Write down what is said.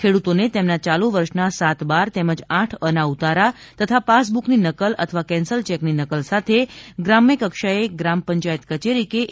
ખેડૂતોને તેમના ચાલુ વર્ષના સાત બાર તેમજ આઠ અ ના ઉતારા તથા પાસબુકની નકલ અથવા કેન્સલ ચેકની નકલ સાથે ગ્રામ્ય કક્ષાએ ગ્રામ પંચાયત કચેરી કે એ